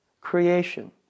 creation